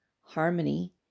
harmony